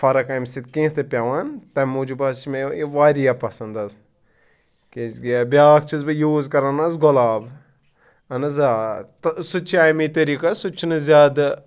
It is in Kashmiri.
فرق اَمہِ سۭتۍ کیٚنٛہہ تہِ پٮ۪وان تَمہِ موٗجوٗب حظ چھِ مےٚ یہِ واریاہ پَسَنٛد حظ کیٛازکہِ یا بیٛاکھ چھُس بہٕ یوٗز کَران حظ گۄلاب اَہَن حظ آ تہٕ سُہ تہِ چھِ اَمی طریٖقہ حظ سُہ تہِ چھُنہٕ زیادٕ